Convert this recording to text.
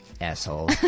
Asshole